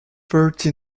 thirty